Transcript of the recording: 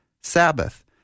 Sabbath